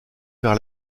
vers